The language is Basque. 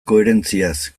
koherentziaz